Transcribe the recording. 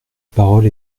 parole